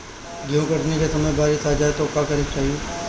गेहुँ कटनी के समय बारीस आ जाए तो का करे के चाही?